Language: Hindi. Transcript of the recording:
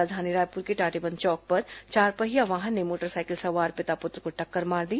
राजधानी रायपुर के टाटीबंध चौक पर चारपहिया वाहन ने मोटरसाइकिल सवार पिता पुत्र को टक्कर मार दी